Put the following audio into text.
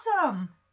awesome